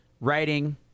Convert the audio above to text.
writing